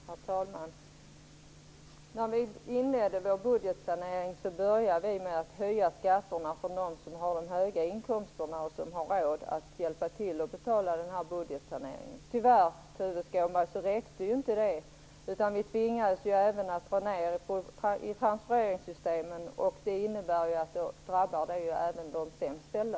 Herr talman! När vi inledde vår budgetsanering började vi med att höja skatterna för dem som har de höga inkomsterna och som har råd att hjälpa till att betala budgetsaneringen. Tyvärr, Tuve Skånberg, så räckte inte det, utan vi tvingades även att dra ned i transfereringssystemen. Det drabbar ju även de sämsta ställda.